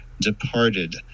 departed